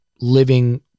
living